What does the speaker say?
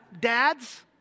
dads